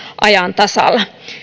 ajan tasalla